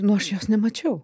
nu aš jos nemačiau